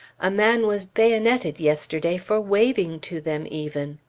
a man was bayoneted yesterday for waving to them, even.